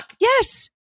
Yes